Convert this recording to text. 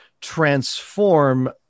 transform